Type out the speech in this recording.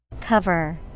Cover